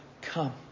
come